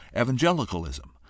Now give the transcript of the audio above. evangelicalism